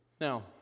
Now